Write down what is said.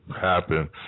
Happen